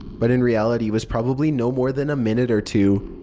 but in reality was probably no more than a minute or two.